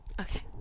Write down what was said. Okay